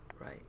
Right